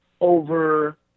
over